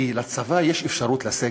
כי לצבא יש אפשרות לסגת,